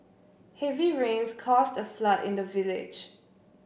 heavy rains caused a flood in the village